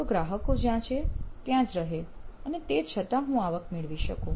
તો ગ્રાહકો જ્યાં છે ત્યાં જ રહે અને તે છતાં હું આવક મેળવી શકું